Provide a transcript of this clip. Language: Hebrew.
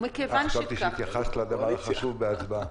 ומכוון שכך --- חשבתי שהתייחסת לדבר החשוב בהצבעה.